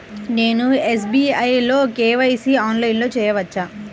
నేను ఎస్.బీ.ఐ లో కే.వై.సి ఆన్లైన్లో చేయవచ్చా?